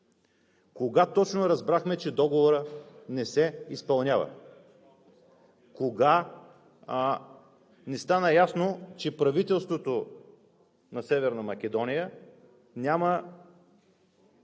Кога точно разбрахме, че договорът не се изпълнява? Кога ни стана ясно, че правителството на Северна Македония няма